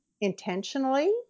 intentionally